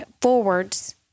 forwards